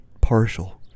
partial